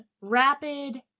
rapid